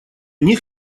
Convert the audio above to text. них